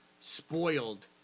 spoiled